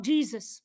Jesus